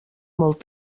molt